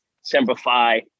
simplify